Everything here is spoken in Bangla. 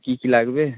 কী কী লাগবে